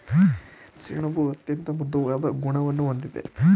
ಸೆಣಬು ಅತ್ಯಂತ ಮೃದುವಾದ ಗುಣವನ್ನು ಹೊಂದಿದೆ